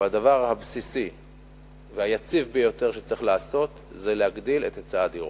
אבל הדבר הבסיסי והיציב ביותר שצריך לעשות זה להגדיל את היצע הדירות.